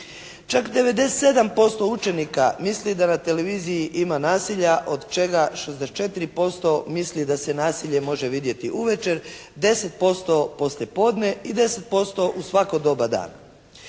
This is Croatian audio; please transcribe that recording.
Čak 97% učenika misli da na televiziji ima nasilja od čega 64% misli da se nasilje može vidjeti uvečer, 10% poslije podne i 10% u svako doba dana.